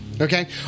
Okay